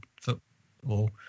football